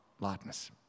lightness